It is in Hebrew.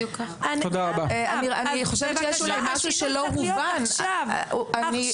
אז בבקשה, השינוי צריך להיות עכשיו, עכשיו.